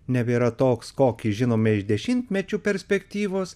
nebėra toks kokį žinome iš dešimtmečių perspektyvos